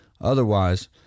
Otherwise